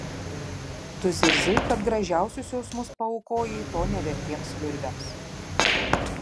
tu zirzei kad gražiausius jausmus paaukojai to nevertiems liurbiams